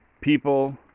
people